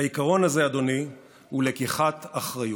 העיקרון הזה, אדוני, הוא לקיחת אחריות.